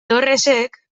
torresek